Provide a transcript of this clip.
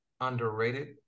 underrated